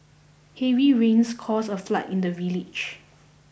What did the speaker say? heavy rains caused a flood in the village